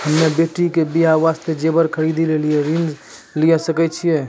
हम्मे बेटी के बियाह वास्ते जेबर खरीदे लेली ऋण लिये सकय छियै?